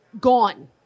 Gone